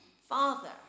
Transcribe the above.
Father